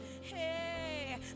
hey